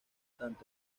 tanto